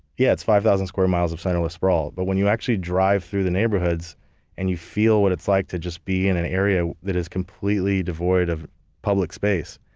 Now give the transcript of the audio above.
yeah it's five thousand square miles of centerless sprawl but when you actually drive through the neighborhoods and you feel what it's like to just be in an area that is completely devoid of public space,